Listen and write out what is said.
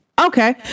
Okay